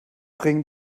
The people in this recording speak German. bring